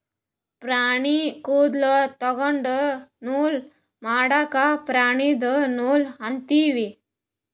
ಪ್ರಾಣಿ ಕೂದಲ ತೊಗೊಂಡು ನೂಲ್ ಮಾಡದ್ಕ್ ಪ್ರಾಣಿದು ನೂಲ್ ಅಂತೀವಿ